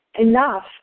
enough